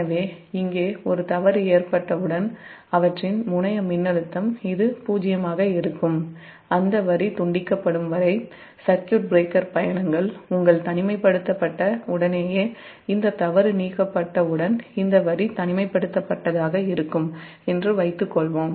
எனவே இங்கே ஒரு தவறு ஏற்பட்ட வுடன் அவற்றின் முனைய மின்னழுத்தம் '0' ஆக இருக்கும் அந்த வரி துண்டிக்கப்படும் வரை சர்க்யூட் பிரேக்கர் பயணங்கள் தனிமைப் படுத்தப்பட்ட உடனேயே இந்த தவறு நீக்கப்பட்டவுடன் இந்த வரி தனிமைப்படுத்தப்பட்டதாக இருக்கும் என்று வைத்துக் கொள்வோம்